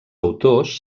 autors